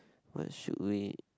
what should we